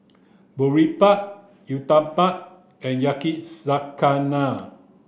Boribap Uthapam and Yakizakana